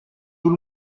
tout